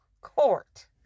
court